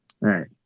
right